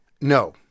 No